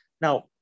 Now